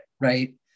right